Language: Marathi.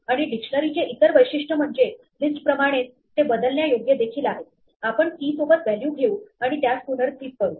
आणि डिक्शनरीचे इतर वैशिष्ट्य म्हणजे लिस्ट प्रमाणेच ते बदलण्यायोग्य देखील आहेतआपण key सोबत व्हॅल्यू घेऊ आणि त्यास पुनर्स्थित करू